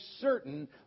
certain